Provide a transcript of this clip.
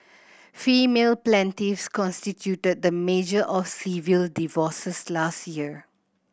female plaintiffs constituted the majority of civil divorces last year